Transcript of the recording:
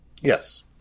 Yes